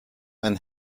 einen